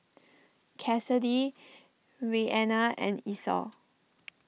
Kassidy Reanna and Esau